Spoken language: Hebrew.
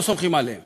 לא סומכים עליהם